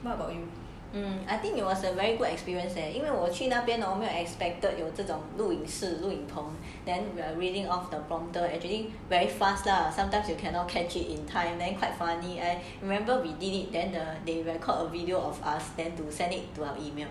I think it was a very good experience leh 因为我去那边没有 expected 有这种录音室录影棚 then we are reading off the prompter actually very fast lah sometimes you cannot catch it in time then quite funny I remember we did it then the they record a video of us than to send it to our email